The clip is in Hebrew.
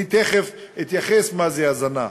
אני תכף אתייחס למה זה הזנה.